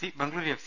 C Bengaluru F